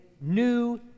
new